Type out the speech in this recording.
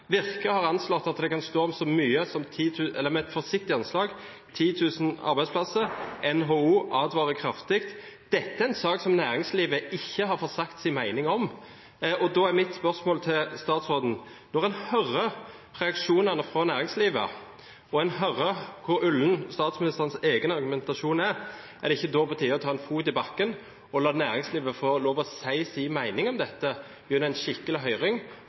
Virke har kommet med et forsiktig anslag om at det kan stå om så mye som 10 000 arbeidsplasser. NHO advarer kraftig. Dette er en sak som næringslivet ikke har fått sagt sin mening om, og da er mitt spørsmål til statsråden: Når en hører reaksjonene fra næringslivet og en hører hvor ullen statsministerens egen argumentasjon er, er det ikke da på tide å sette en fot i bakken og la næringslivet få lov til å si sin mening om dette, gjennom en skikkelig høring,